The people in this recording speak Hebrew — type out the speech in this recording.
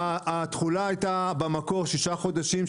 התחולה הייתה במקור שישה חודשים,